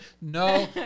No